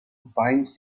binds